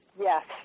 Yes